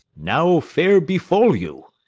now, fair befall you!